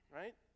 right